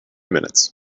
minutes